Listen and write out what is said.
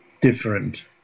different